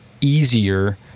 easier